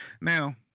now